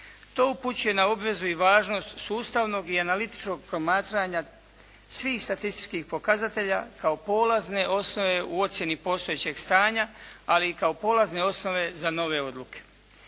To upućuje na obvezu i važnost sustavnog i analitičnog promatranja svih statističkih pokazatelja kao polazne osnove u ocjeni postojećeg stanja ali i kao polazne osnove za nove odluke.